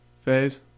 phase